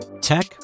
Tech